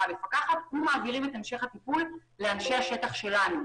המפקחת ומעבירים את המשך הטיפול לאנשי השטח שלנו,